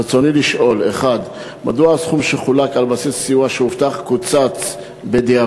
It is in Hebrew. ברצוני לשאול: 1. מדוע הסכום שחולק על בסיס סיוע שהובטח קוצץ בדיעבד?